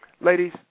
ladies